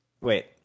wait